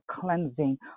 cleansing